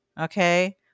Okay